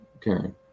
Karen